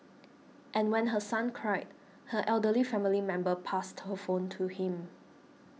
and when her son cried her elderly family member passed her phone to him